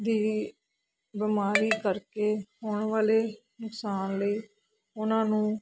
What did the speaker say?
ਦੀ ਬਿਮਾਰੀ ਕਰਕੇ ਹੋਣ ਵਾਲੇ ਨੁਕਸਾਨ ਲਈ ਉਹਨਾਂ ਨੂੰ